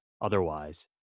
otherwise